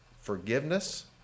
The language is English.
forgiveness